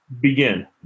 Begin